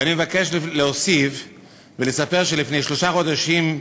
ואני מבקש להוסיף ולספר שלפני שלושה חודשים,